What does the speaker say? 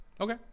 okay